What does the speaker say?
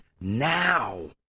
now